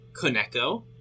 Koneko